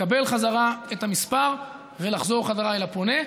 לקבל חזרה את המספר ולחזור אל הפונה.